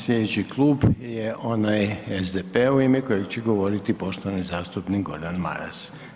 Sljedeći klub je onaj SDP-a u ime kojeg će govoriti poštovani zastupnik Gordan Maras.